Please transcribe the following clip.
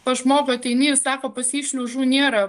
kad pas žmogų ateini jis sako pas jį šliužų nėra